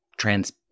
Trans